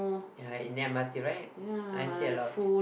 ya in the M_R_T right I see a lot